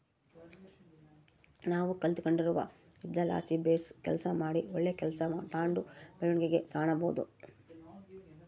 ನಾವು ಕಲಿತ್ಗಂಡಿರೊ ವಿದ್ಯೆಲಾಸಿ ಬೇಸು ಕೆಲಸ ಮಾಡಿ ಒಳ್ಳೆ ಕೆಲ್ಸ ತಾಂಡು ಬೆಳವಣಿಗೆ ಕಾಣಬೋದು